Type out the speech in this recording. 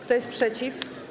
Kto jest przeciw?